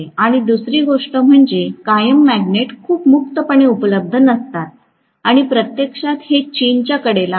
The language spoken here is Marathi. आणि दुसरी गोष्ट म्हणजे कायम मॅग्नेट खूप मुक्तपणे उपलब्ध नसतात आणि प्रत्यक्षात हे चीनच्या कडेला आहे